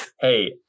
Hey